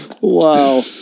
Wow